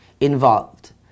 involved